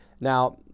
Now